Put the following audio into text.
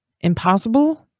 impossible